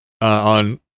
on